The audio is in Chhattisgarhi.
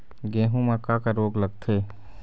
गेहूं म का का रोग लगथे?